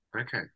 okay